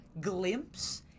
glimpse